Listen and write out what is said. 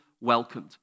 welcomed